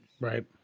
Right